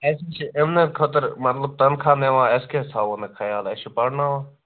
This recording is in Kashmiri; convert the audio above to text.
أسۍ ما چھِ أمی خٲطرٕ مطلب تنخواہ نِوان أسۍ کیٛازِ تھاوَو نہٕ خیال أسۍ چھِ پَرناوان